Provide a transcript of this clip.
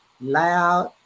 loud